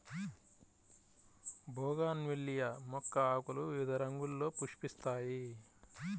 bougainvillea మొక్క ఆకులు వివిధ రంగుల్లో పుష్పిస్తాయి